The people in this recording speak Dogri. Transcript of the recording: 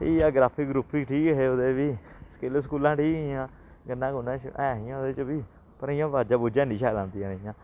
ठीक ऐ ग्राफिक ग्रूफिक ठीक हे ओह्दे बी स्किल स्कूलां ठीक हियां गन्ना गुन्ना ऐ हियां ओह्दे च बी पर इ'यां बाजां बूजां हैनी शैल आंदियां रेहियां